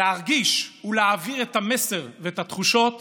להרגיש ולהעביר את המסר ואת התחושות